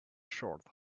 short